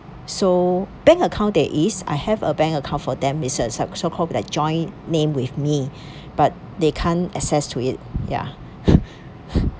so bank account there is I have a bank account for them is so~ so called like joint name with me but they can't access to it ya